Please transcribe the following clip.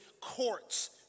courts